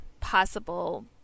possible